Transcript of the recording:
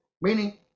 meaning